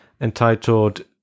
Entitled